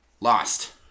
Lost